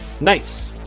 Nice